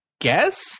guess